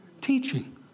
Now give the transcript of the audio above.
Teaching